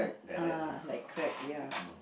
ah like crack ya